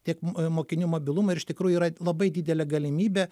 tiek mokinių mobilumui ir iš tikrųjų yra labai didelė galimybė